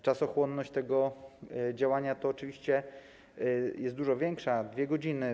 Czasochłonność tego działania oczywiście jest dużo większa - 2 godziny.